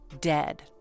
dead